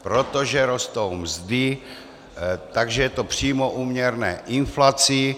Protože rostou mzdy, takže je to přímo úměrné inflaci.